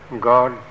God